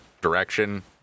direction